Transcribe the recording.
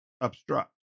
obstruct